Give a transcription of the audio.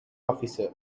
officer